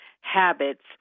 habits